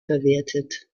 verwertet